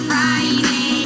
Friday